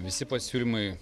visi pasiūlymai